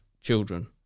children